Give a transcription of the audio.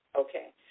Okay